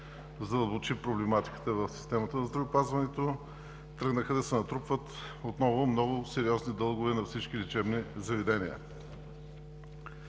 задълбочи проблематиката в системата за здравеопазването, тръгнаха да се натрупват отново много сериозни дългове на всички лечебни заведения.